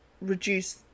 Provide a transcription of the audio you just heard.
reduce